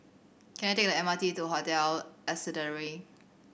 can I take the M R T to Hotel Ascendere